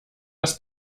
das